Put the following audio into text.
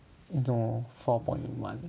你懂 four point one